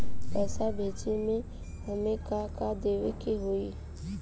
पैसा भेजे में हमे का का देवे के होई?